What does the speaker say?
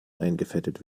eingefettet